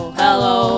hello